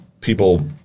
people